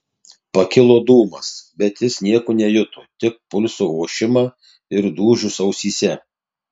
pakilo dūmas bet jis nieko nejuto tik pulso ošimą ir dūžius ausyse